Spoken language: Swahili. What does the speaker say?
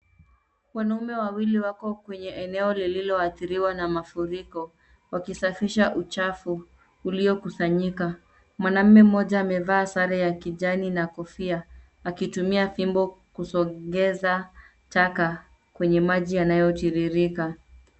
Wanaume wawili wako kwenye eneo lililoathiriwa na mafuriko wakisafisha uchafu uliokusanyika. Mwanaume mmoja amevaa sare ya kijani na kofia akitumia fimbo kusongeza taka kwenye maji yanayotiririka.